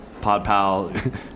PodPal